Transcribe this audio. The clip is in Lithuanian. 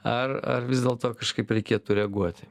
ar ar vis dėlto kažkaip reikėtų reaguoti